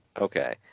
Okay